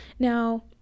now